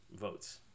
votes